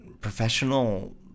professional